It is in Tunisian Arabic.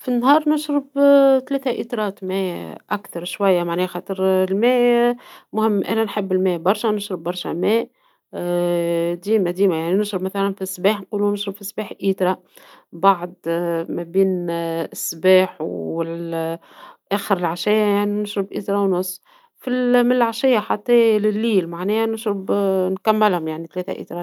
في النهار نشرب ثلاث لترات من الماء ،أكثر شوية معناها خاطر الماء مهم أنا نحب الماء برشا ، نشرب برشا ماء ، ديما ديما نشرب مثلا في الصباح ونشرب في الصباح لتر واحد ، بعد مابين الصباح وأخر العشا نشرب لتر ونصف ، من العشا حتى الليل نكملهم ثلاث لترات.